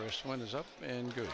first one is up and go